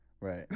Right